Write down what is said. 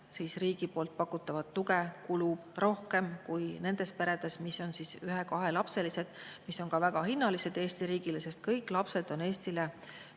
riigi pakutavat tuge kulub rohkem kui nendes peredes, mis on ühe või kahe lapsega. Need lapsed on ka väga hinnalised Eesti riigile, sest kõik lapsed on Eestile